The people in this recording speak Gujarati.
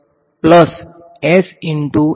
હવે તે બહુ દૂર છે અને આપણો સોર્સ અહીં ફીક્સ છે